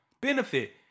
benefit